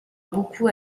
beaucoup